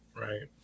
Right